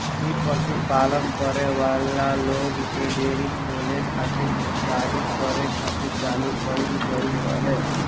इ पशुपालन करे वाला लोग के डेयरी खोले खातिर प्रोत्साहित करे खातिर चालू कईल गईल रहे